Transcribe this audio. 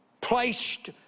placed